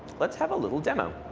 let's have a little demo.